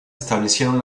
establecieron